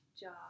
job